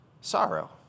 sorrow